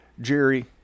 Jerry